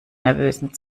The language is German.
nervösen